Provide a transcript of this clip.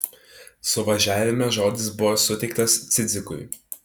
suvažiavime žodis buvo suteiktas cidzikui